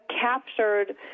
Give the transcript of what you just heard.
captured